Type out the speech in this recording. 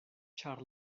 ĉar